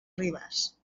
ribàs